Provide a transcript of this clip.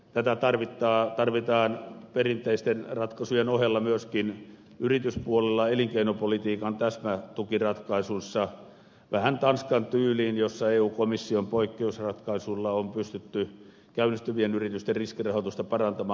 tätä tarvitaan perinteisten ratkaisujen ohella myöskin yrityspuolella elinkeinopolitiikan täsmätukiratkaisuissa vähän tanskan tyyliin jossa eu komission poikkeusratkaisuilla on pystytty käynnistyvien yritysten riskirahoitusta parantamaan